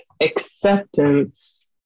acceptance